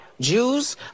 Jews